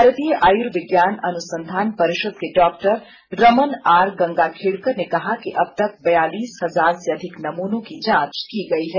भारतीय आयुर्विज्ञान अनुसंधान परिषद के डॉक्टर रमन आर गंगाखेड़कर ने कहा कि अब तक बियालीस हजार से अधिक नमूनों की जांच की गई है